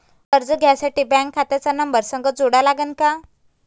कर्ज घ्यासाठी बँक खात्याचा नंबर संग जोडा लागन का?